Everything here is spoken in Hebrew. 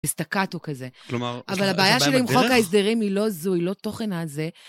הסטקטו כזה. כלומר, זה בא בדרך? אבל הבעיה שלי עם חוק ההסדרים היא לא זו, היא לא תוכן, הזה...